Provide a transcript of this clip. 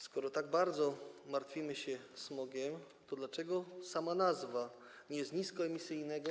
Skoro tak bardzo martwimy się smogiem, to dlaczego w nazwie jest „niskoemisyjnego”